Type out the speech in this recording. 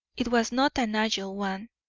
it was not an agile one.